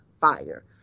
fire